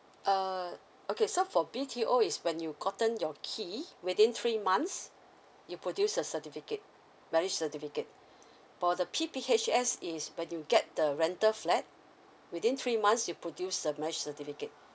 uh okay so for B_T_O is when you gotten your key within three months you produce a certificate marriage certificate for the P_P_H_S is when you get the rental flat within three months you produce the marriage certificate